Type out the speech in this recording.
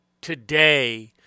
today